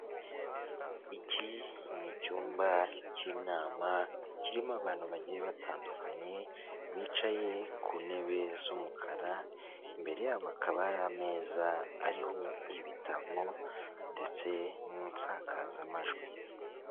Iki ni icyumba cy'inama kirimo abantu bagiye batandukanye bicaye ku ntebe z'umukara imbere yabo hakaba hari ameza ariho ibitabo ndetse n'insakazamajwi.